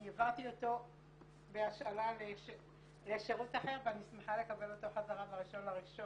אני העברתי אותו בהשאלה לשירות אחר ואני שמחה לקבל אותו חזרה ב-1.1.19.